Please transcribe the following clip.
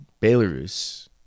Belarus